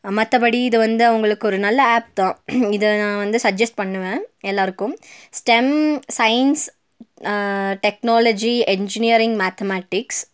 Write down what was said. மற்றபடி இது வந்து அவர்களுக்கு ஒரு நல்ல ஆப் தான் இதை நான் வந்து சஜ்ஜஸ் பண்ணுவேன் எல்லோருக்கும் stem science technology engineering mathematics